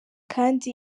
kandi